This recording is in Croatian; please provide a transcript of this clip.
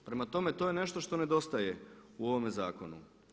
Prema tome to je nešto što nedostaje u ovome zakonu.